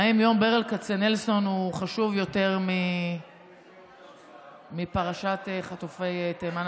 האם יום ברל כצנלסון חשוב יותר מפרשת חטופי תימן,